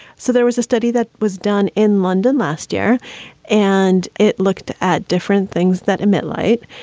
so there was a study that was done in london last year and it looked at at different things that emit light.